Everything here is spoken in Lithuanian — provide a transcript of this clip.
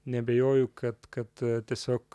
neabejoju kad kad tiesiog